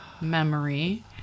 memory